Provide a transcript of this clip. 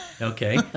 Okay